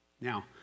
Now